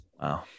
wow